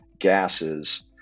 gases